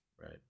Right